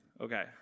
Okay